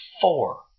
four